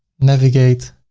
navigate,